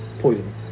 poison